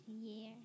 year